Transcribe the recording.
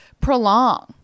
Prolong